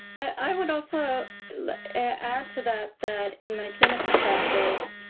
i would also add to that that in my clinical practice,